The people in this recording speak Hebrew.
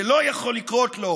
זה לא יכול לקרות לו.